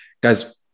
guys